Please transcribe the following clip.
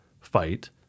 fight